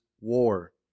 war